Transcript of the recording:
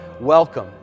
welcome